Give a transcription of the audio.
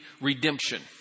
redemption